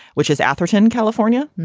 which is atherton, california.